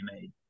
made